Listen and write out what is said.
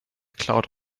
cloud